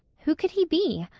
who could he be?